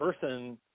Person